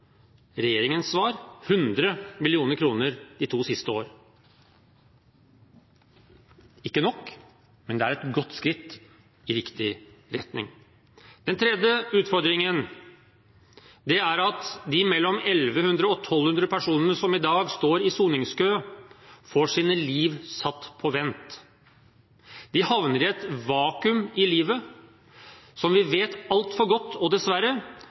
Regjeringens svar er 100 mill. kr de to siste år. Det er ikke nok, men det er godt skritt i riktig retning. Den tredje utfordringen er at de mellom 1 100 og 1 200 personene som i dag står i soningskø, får sine liv satt på vent. De havner i et vakuum i livet som vi vet altfor godt – og dessverre